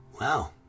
wow